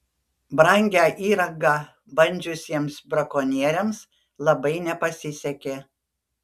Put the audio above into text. brangią įrangą bandžiusiems brakonieriams labai nepasisekė